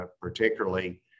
particularly